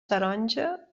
taronja